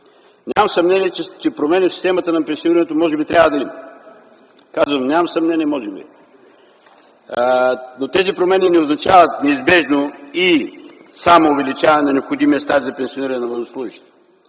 Нямам съмнение, че промени в системата на пенсионирането може би трябва да има. Казвам: „няма съмнение” и „може би”, но тези промени не означават неизбежно и само увеличаване на необходимия стаж за пенсиониране на военнослужещите.